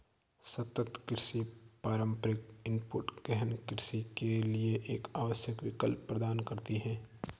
सतत कृषि पारंपरिक इनपुट गहन कृषि के लिए एक आवश्यक विकल्प प्रदान करती है